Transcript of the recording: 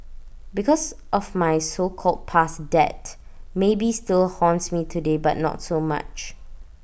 because of my so called past debt maybe still haunts me today but not so much